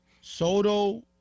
Soto